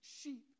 sheep